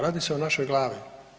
Radi se o našoj glavi.